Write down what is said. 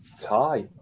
tie